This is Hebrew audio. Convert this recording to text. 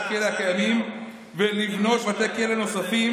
הכלא הקיימים ולבנות בתי כלא נוספים,